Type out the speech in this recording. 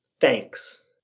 Thanks